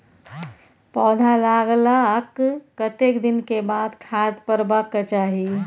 पौधा लागलाक कतेक दिन के बाद खाद परबाक चाही?